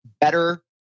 better